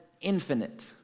infinite